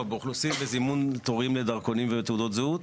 באוכלוסין לזימון תורים לדרכונים ולתעודות זהות?